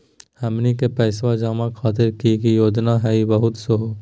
हमनी के पैसवा जमा खातीर की की योजना हई बतहु हो?